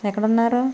ఎక్కడ ఉన్నారు